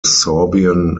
sorbian